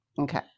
Okay